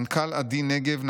מנכ"ל עדי נגב,